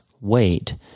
wait